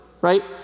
right